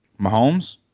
Mahomes